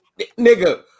nigga